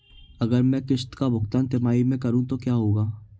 अगर मैं किश्त का भुगतान तिमाही में करूं तो क्या होगा?